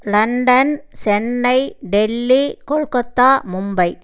London Chennai Delhi Kolkata Mumbai